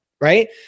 right